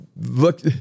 look